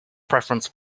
preference